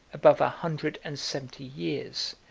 above a hundred and seventy years,